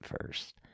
first